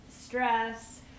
stress